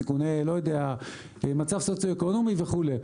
סיכוני מצב סוציו אקונומי וכו'.